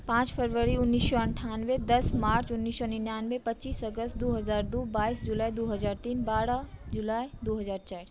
पाँच फरवरी उन्नैस सए अन्ठानबे दस मार्च उन्नैस सए निन्यानबे पच्चीस अगस्त दू हजार दू बाइस जुलाई दू हजार तीन बारह जुलाई दू हजार चारि